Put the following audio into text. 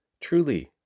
Truly